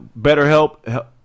BetterHelp